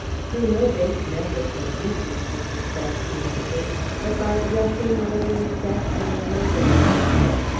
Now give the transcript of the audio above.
through no base methods, as you seem to suspect, he answered but by addressing whatever is best and noblest in her.